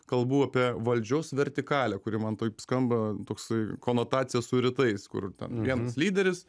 kalbų apie valdžios vertikalę kuri man taip skamba toksai konotacija su rytais kur ten vienas lyderis